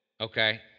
okay